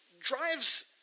drives